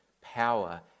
power